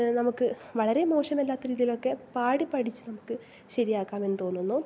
നമുക്ക് വളരെ മോശമല്ലാത്ത രീതിയിലൊക്കെ പാടി പഠിച്ച് നമക്ക് ശരിയാക്കാമെന്ന് തോന്നുന്നു